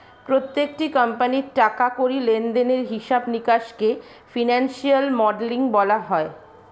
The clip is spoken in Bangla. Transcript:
প্রত্যেকটি কোম্পানির টাকা কড়ি লেনদেনের হিসাব নিকাশকে ফিনান্সিয়াল মডেলিং বলা হয়